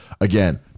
again